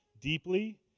deeply